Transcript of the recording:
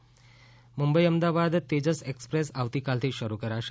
Tejas express Mumbai Ahmedabad Tejas express આવતીકાલથી શરૂ કરાશે